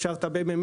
אפשר את הממ"מ,